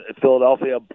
Philadelphia